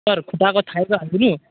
sir खुट्टाको थाई चाहिँ हालिदिनु